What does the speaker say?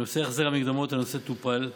בנושא החזר המקדמות, הנושא טופל.